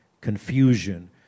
confusion